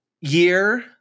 year